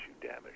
damage